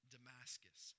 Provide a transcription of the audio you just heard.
Damascus